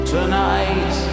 Tonight